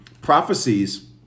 Prophecies